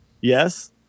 yes